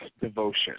devotion